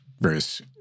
various